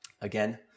Again